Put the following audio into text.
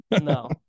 no